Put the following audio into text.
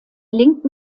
linken